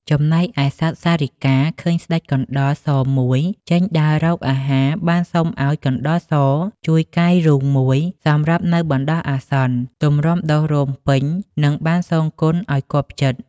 ចំណែកឯសត្វសារិកា ឃើញស្ដេចកណ្ដុរសមួយចេញដើររក អាហារ បានសុំឲ្យកណ្តុរសជួយកាយរូងមួយ សម្រាប់នៅបណ្តោះអាសន្ន ទម្រាំដុះរោម ពេញ នឹងបានសងគុណឲ្យគាប់ចិត្ត ។